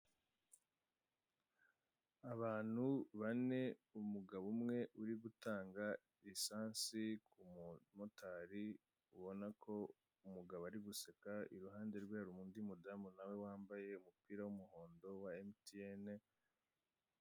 Abantu bane umugabo umwe uri gutanga lisansi ku mu mumotari ubona ko umugabo ari guseka, iruhande rwe hari undi umudamu nawe wambaye umupira w'umuhondo wa emutiyeni.